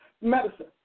medicine